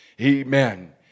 Amen